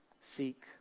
seek